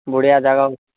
ବଢ଼ିଆ ଜାଗା